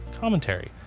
commentary